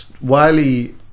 Wiley